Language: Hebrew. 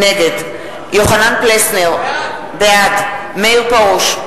נגד יוחנן פלסנר, בעד מאיר פרוש,